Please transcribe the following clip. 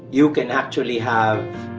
you can actually have